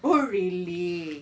oh really